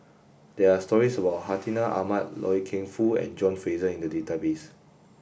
there are stories about Hartinah Ahmad Loy Keng Foo and John Fraser in the database